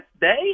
day